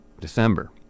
December